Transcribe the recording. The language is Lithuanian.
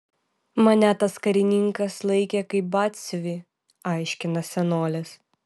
mane tas karininkas laikė kaip batsiuvį aiškina senolis